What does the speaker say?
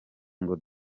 ngo